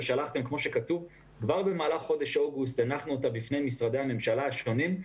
כבר במהלך חודש אוגוסט הנחנו אותה בפני משרדי הממשלה השונים.